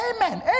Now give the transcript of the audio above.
Amen